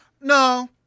No